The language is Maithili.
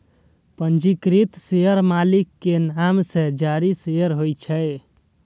पंजीकृत शेयर मालिक के नाम सं जारी शेयर होइ छै